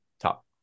top